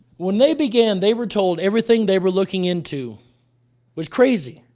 when they began, they were told everything they were looking into was crazy,